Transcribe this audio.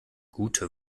gute